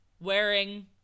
wearing